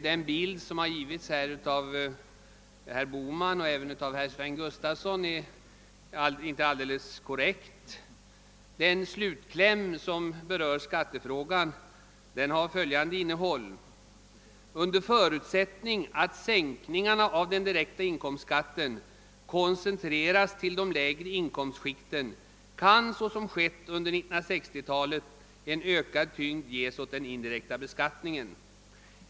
Den bild som herr Bohman och även herr Sven Gustafson här har givit är inte alldeles korrekt. Slutklämmen som berör skattefrågan har följande innehåll: »Under förutsättning att sänkningarna av den direkta inkomstskatten koncentreras till de lägre inkomstskikten kan, såsom skett under 1960-talet, en ökad tyngd ges åt den indirekta beskattningen.